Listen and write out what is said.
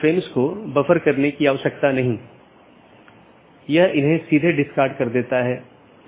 इसलिए पथ को गुणों के प्रकार और चीजों के प्रकार या किस डोमेन के माध्यम से रोका जा रहा है के रूप में परिभाषित किया गया है